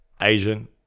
Asian